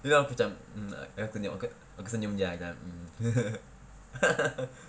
terus aku macam abeh aku tengok aku senyum jer ah mm